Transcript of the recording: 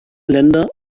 länder